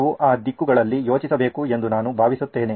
ನಾವು ಆ ದಿಕ್ಕುಗಳಲ್ಲಿ ಯೋಚಿಸಬೇಕು ಎಂದು ನಾನು ಭಾವಿಸುತ್ತೇನೆ